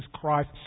Christ